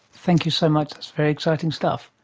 thank you so much, that's very exciting stuff.